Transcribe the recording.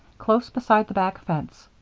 close beside the back fence.